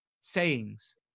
sayings